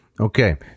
Okay